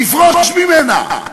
תפרוש ממנה.